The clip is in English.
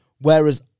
whereas